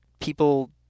people